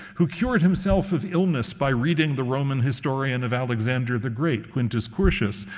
who cured himself of illness by reading the roman historian of alexander the great, quintus curtius,